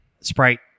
Sprite